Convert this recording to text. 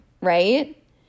right